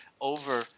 over